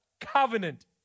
covenant